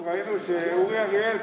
ראינו שאורי אריאל,